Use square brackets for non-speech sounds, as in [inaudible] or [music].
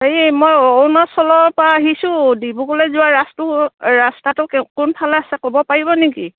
হেৰি মই অৰুণাচলৰপৰা আহিছোঁ ডিব্ৰুগড়লৈ যোৱা ৰাসটো ৰাস্তাটো [unintelligible] কোনফালে আছে ক'ব পাৰিব নেকি